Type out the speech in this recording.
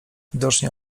widocznie